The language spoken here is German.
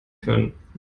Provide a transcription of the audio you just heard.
können